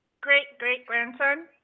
Great-great-grandson